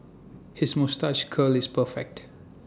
his moustache curl is perfect